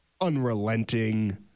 unrelenting